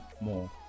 more